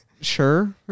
Sure